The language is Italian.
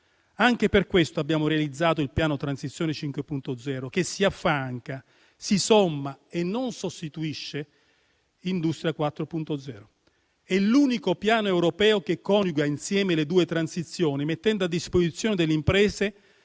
Anche per questo abbiamo realizzato il piano Transizione 5.0, che si affianca, si somma e non sostituisce Industria 4.0. E' l'unico piano europeo che coniuga le due transizioni, mettendo a disposizione delle imprese